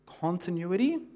continuity